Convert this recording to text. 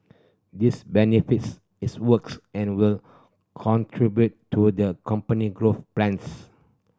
this benefits its works and will contribute to the company growth plans